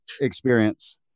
experience